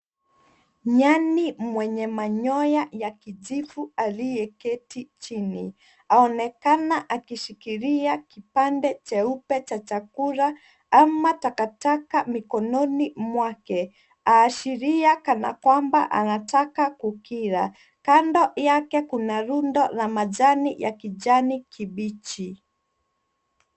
Nyani mwenye manyoa ya kijivu aliyeketi chini. Aonekana akishikilia kipande cheupe cha chakula au takataka mikononi mwake. Aashiria kana kwamba anataka kukila. Kando yake kuna rundo la majani ya kiajani kibichi.